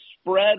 spread